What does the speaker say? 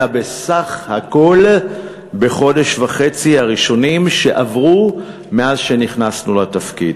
אלא בסך הכול בחודש וחצי הראשונים שעברו מאז נכנסנו לתפקיד.